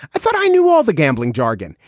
i thought i knew all the gambling jargon.